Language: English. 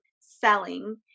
selling